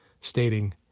stating